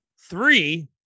Three